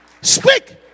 Speak